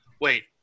wait